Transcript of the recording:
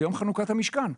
יום חנוכת המשכן.